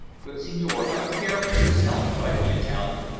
but, signore, have a care for yourself, cried the italian,